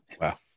Wow